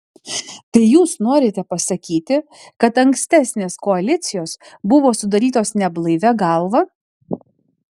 tai jūs norite pasakyti kad ankstesnės koalicijos buvo sudarytos neblaivia galva